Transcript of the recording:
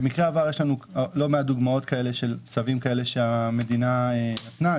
בעבר היו לנו לא מעט דוגמאות של צווים כאלה שהמדינה נתנה,